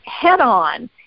head-on